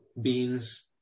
beans